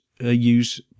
use